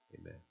Amen